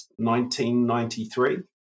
1993